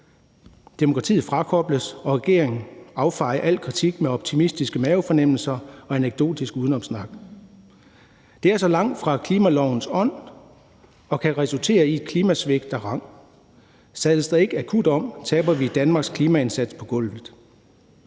demokratiet frakobles, og regeringen affejer al kritik med optimistiske mavefornemmelser og anekdotisk udenomssnak. Det er så langt fra klimalovens ånd og kan resultere i et klimasvigt af rang. Sadles der ikke akut om, taber vi Danmarks klimaindsats på gulvet.